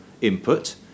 input